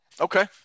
Okay